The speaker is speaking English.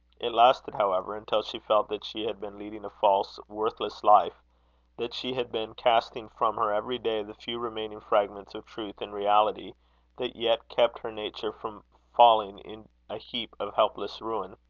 it lasted, however, until she felt that she had been leading a false, worthless life that she had been casting from her every day the few remaining fragments of truth and reality that yet kept her nature from falling in a heap of helpless ruin